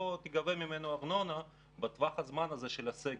תיגבה ממנו ארנונה בטווח הזמן של הסגר.